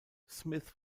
smith